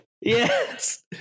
Yes